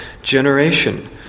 generation